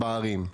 בערים.